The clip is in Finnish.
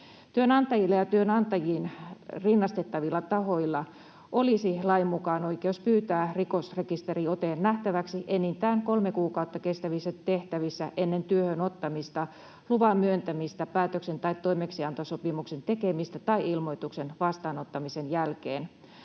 Työnantajilla ja työnantajiin rinnastettavilla tahoilla olisi lain mukaan oikeus pyytää rikosrekisteriote nähtäväksi enintään kolme kuukautta kestävissä tehtävissä ennen työhön ottamista, luvan myöntämistä tai päätöksen tai toimeksiantosopimuksen tekemistä tai ilmoituksen vastaanottamisen jälkeen.